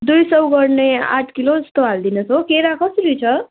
दुई सौ गर्ने आठ किलो जस्तो हालिदिनुहोस् हो केरा कसरी छ